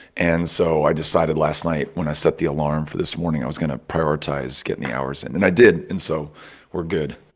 and so i decided last night, when i set the alarm for this morning, i was going to prioritize getting the hours in. and i did, and so we're good